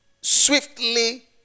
swiftly